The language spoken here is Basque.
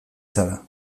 zara